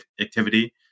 activity